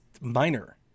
minor